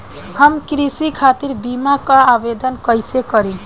हम कृषि खातिर बीमा क आवेदन कइसे करि?